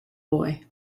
boy